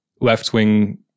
left-wing